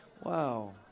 wow